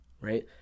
Right